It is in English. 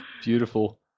Beautiful